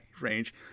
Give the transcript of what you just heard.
range